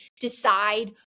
decide